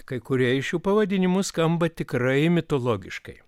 kai kurie iš šių pavadinimų skamba tikrai mitologiškai